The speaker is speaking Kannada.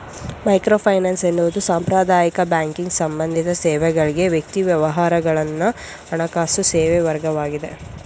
ಮೈಕ್ರೋಫೈನಾನ್ಸ್ ಎನ್ನುವುದು ಸಾಂಪ್ರದಾಯಿಕ ಬ್ಯಾಂಕಿಂಗ್ ಸಂಬಂಧಿತ ಸೇವೆಗಳ್ಗೆ ವ್ಯಕ್ತಿ ವ್ಯವಹಾರಗಳನ್ನ ಹಣಕಾಸು ಸೇವೆವರ್ಗವಾಗಿದೆ